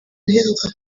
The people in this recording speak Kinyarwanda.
uheruka